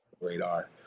radar